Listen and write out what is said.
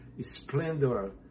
splendor